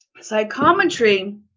psychometry